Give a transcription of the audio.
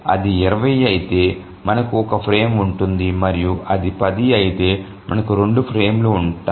అది 20 అయితే మనకు ఒక ఫ్రేమ్ ఉంటుంది మరియు అది 10 అయితే మనకు 2 ఫ్రేములు ఉంటాయి